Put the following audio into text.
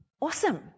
Awesome